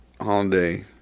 holiday